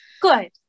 good